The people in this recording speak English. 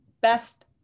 best